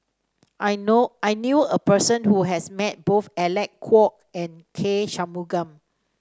I know I knew a person who has met both Alec Kuok and K Shanmugam